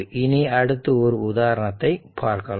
இனி அடுத்து ஒரு உதாரணத்தை பார்க்கலாம்